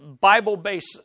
Bible-based